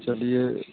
चलिए